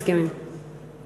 מסכימים, מסכימים.